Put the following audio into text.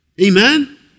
Amen